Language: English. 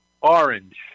Orange